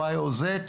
Y או Z?